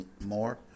more